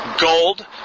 gold